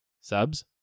subs